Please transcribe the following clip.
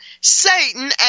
Satan